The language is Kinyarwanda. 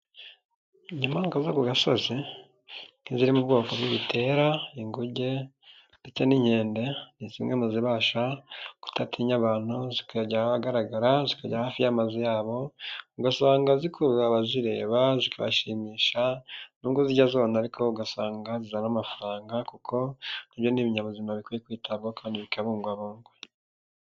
Inyamanswa zo ku gasozi nk'iziri mu bwoko bw'ibitera, inguge ndetse n'inkende, ni zimwe mu zibasha kudatinya abantu zikajya ahagaragara zikajya hafi y'amazu yabo, ugasanga zikurura abazireba zikabashimisha nubwo zijya zona ariko ugasanga zizana amafaranga kuko ibyo ni bininyabuzima bikwiye kwitabwaho kandi bikabugwabungwa.